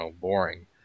boring